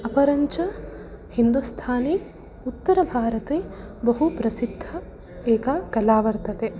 अपरञ्च हिन्दुस्थानि उत्तरभारते बहु प्रसिद्ध एका कला वर्तते